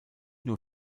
nur